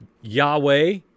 Yahweh